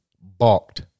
balked